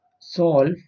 solve